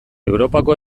europako